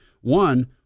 one